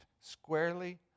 squarely